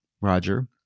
roger